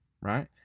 right